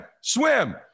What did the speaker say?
swim